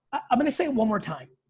i'm gonna say it one more time.